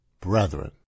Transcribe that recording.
Brethren